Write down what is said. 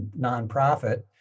nonprofit